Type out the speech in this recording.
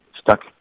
stuck